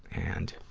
and,